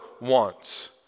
wants